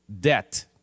debt